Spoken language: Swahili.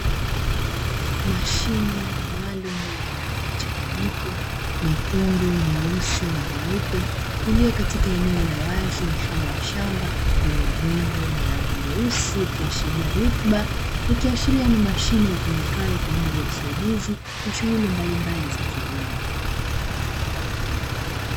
Mashine maalumu yenye rangi mchanganyiko nyekundu, nyeusi na nyeupe iliyo katika eneo la wazi mfano wa shamba lenye udongo wenye rangi nyeusi ikiashiria rutuba, ikiashiria ni mashine itumikayo kwa ajili ya usaidizi wa shughuli mbali mbali za kilimo.